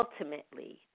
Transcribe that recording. ultimately